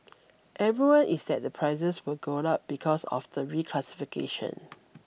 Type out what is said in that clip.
everyone is that the prices will go up because of the reclassification